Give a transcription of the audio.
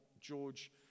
George